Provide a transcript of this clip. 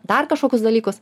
dar kažkokius dalykus